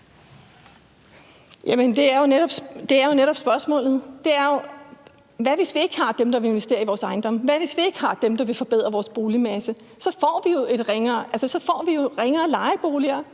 det er jo netop spørgsmålet: Hvad hvis vi ikke har dem, der vil investere i vores ejendomme? Hvad hvis vi ikke har dem, der vil forbedre vores boligmasse? Så får vi jo ringere private